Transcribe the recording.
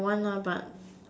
I want lah but